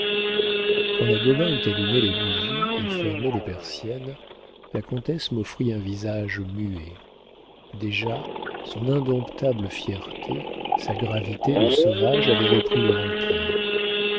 la gobain eut allumé les bougies et fermé les persiennes la comtesse m'offrit un visage muet déjà son indomptable fierté sa gravité de sauvage avaient repris leur empire